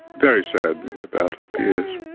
very sad about it yes.